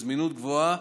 שהן בזמינות גבוהה